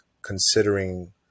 Considering